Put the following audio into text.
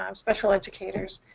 um special educators,